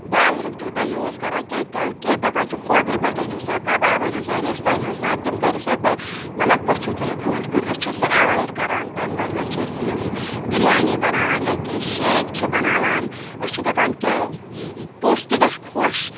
بازرُک تیوٗتاہ یوٗز کَران کینٛہہ کہِ دَپان چھِ ہوٹلہٕ پٮ۪ٹھ أنِو سا کَباب أنِو سا رِستہٕ أنِو سا تِم کٔرِو سا بہٕ مطلب پٔژھِس تھٲیِو برٛونٛٹھ کُن أسۍ چھِ سُہ اٮ۪وایِڈ کَران تَمہِ بَدلہٕ چھِ أسۍ یِم بِریانی بَناوان یا کینٛہہ شیک چھِ بَناوان أسۍ چھِ دَپان کہِ پوٚژھ تہِ گَژھِ خۄش